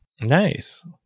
nice